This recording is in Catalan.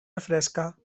refresca